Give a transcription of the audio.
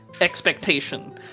expectation